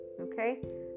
okay